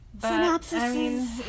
Synopsis